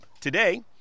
today